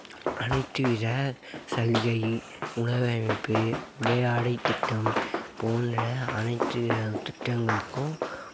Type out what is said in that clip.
அனைத்து வித சலுகை உலகமைப்பு உடை ஆடை திட்டம் போன்ற அனைத்து வித திட்டங்களுக்கும்